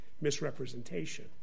misrepresentation